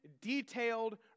detailed